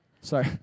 Sorry